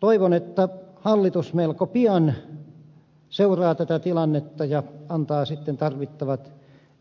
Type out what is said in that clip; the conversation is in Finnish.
toivon että hallitus melko pian seuraa tätä tilannetta ja antaa sitten tarvittavat